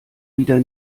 wieder